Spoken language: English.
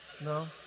No